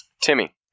Timmy